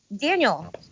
Daniel